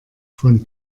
von